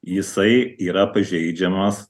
jisai yra pažeidžiamas